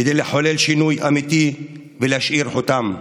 כדי לחולל שינוי אמיתי ולהשאיר חותם,